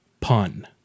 pun